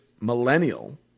millennial